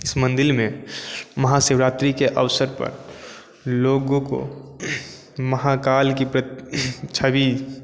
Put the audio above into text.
इस मंदिर में महाशिवरात्री के अवसर पर लोगों को महाकाल की प्रत छवि